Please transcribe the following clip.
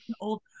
old